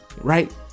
right